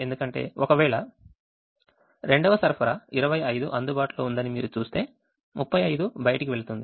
ఎందుకంటేఒకవేళ రెండవ సరఫరా 25 అందుబాటులో ఉందని మీరు చూస్తే 35 బయటకు వెళుతుంది